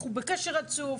אנחנו בקשר רצוף.